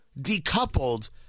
decoupled